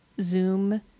Zoom